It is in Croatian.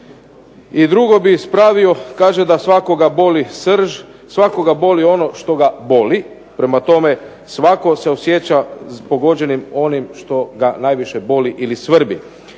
I drugo bih ispravio, kaže da svakoga boli srž, svakoga boli ono što ga boli. Prema tome, svatko se osjeća pogođenim onim što ga najviše boli ili svrbi.